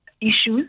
issues